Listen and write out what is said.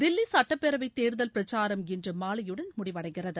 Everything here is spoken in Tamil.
தில்லி சட்டப்பேரவை தேர்தல் பிரசாரம் இன்று மாலையுடன் முடிவடைகிறது